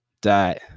dot